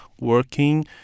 working